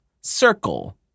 circle